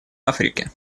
африки